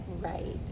right